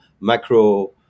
macro